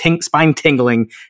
spine-tingling